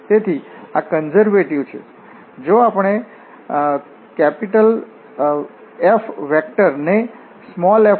તેથી આ કન્ઝર્વેટિવ છે જો આપણે F ને f ના ગ્રેડિયન્ટ તરીકે લખી શકીએ